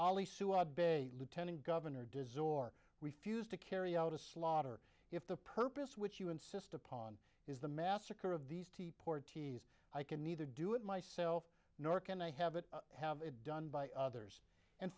ali su i've been a lieutenant governor design or refused to carry out a slaughter if the purpose which you insist upon is the massacre of these tea parties i can neither do it myself nor can i have it have it done by others and